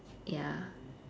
ya